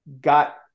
got